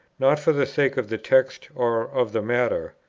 not for the sake of the text or of the matter,